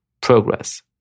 progress